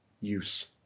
use